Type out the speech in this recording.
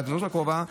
בהזדמנות הקרובה,